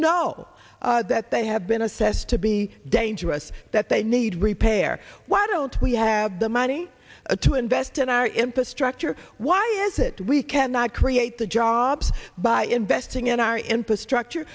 know that they have been assessed to be dangerous that they need repair why don't we have the money to invest in our infrastructure why is it we cannot create the jobs by investing in our infrastructure